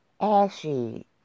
ashy